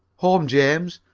home, james,